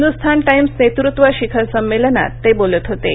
Hindustan Times नेतृत्व शिखर संमेलनात ते बोलत होते